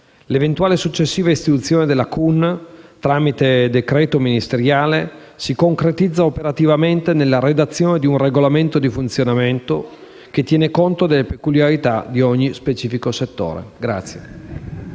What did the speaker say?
L'eventuale successiva istituzione della CUN, tramite decreto ministeriale, si concretizza operativamente nella redazione di un regolamento di funzionamento che tiene conto delle peculiarità di ogni specifico settore.